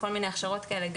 כל מיני הכשרות כאלו,